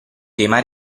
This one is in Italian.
tema